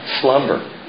slumber